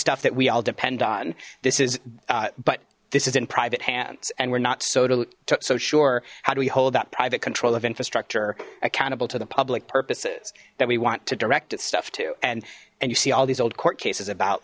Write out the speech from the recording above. stuff that we all depend on this is but this is in private hands and we're not so sure how do we hold that private control of infrastructure accountable to the public purposes that we want to direct its stuff to and and you see all these old court cases about